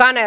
anne